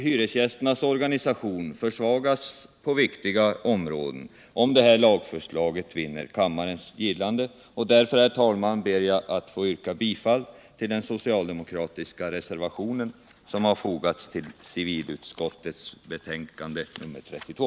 Hyresgästernas organisation försvagas på viktiga områden, om lagförslaget vinner kammarens gillande. Därför ber jag, herr talman. att få yrka bifall till de socialdemokratiska reservationer som fogats till civilutskottets betänkande nr 32.